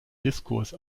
diskurs